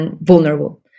vulnerable